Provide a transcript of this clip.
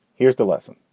here's the lesson.